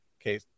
Okay